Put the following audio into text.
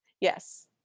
Yes